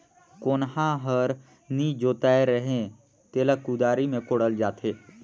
कोनहा हर नी जोताए रहें तेला कुदारी मे कोड़ल जाथे